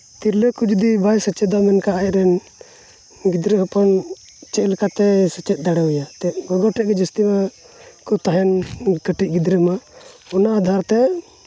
ᱛᱤᱨᱞᱟᱹ ᱠᱚ ᱡᱩᱫᱤ ᱵᱟᱭ ᱥᱮᱪᱮᱫᱚᱜᱼᱟ ᱢᱮᱱᱠᱷᱟᱱ ᱟᱡ ᱨᱮᱱ ᱜᱤᱫᱽᱨᱟᱹ ᱦᱚᱯᱚᱱ ᱪᱮᱫ ᱞᱮᱠᱟᱛᱮ ᱥᱮᱪᱮᱫ ᱫᱟᱲᱮᱣᱟᱭᱟ ᱮᱱᱛᱮᱫ ᱩᱱᱠᱩ ᱴᱷᱮᱱ ᱜᱮ ᱡᱟᱹᱥᱛᱤ ᱵᱷᱟᱜᱽ ᱛᱟᱦᱮᱱ ᱠᱟᱹᱴᱤᱡ ᱜᱤᱫᱽᱨᱟᱹ ᱢᱟ ᱚᱱᱟ ᱟᱫᱷᱟᱨ ᱛᱮ